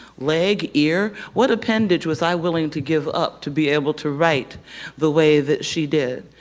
leg, ear, what appendage was i willing to give up to be able to write the way that she did.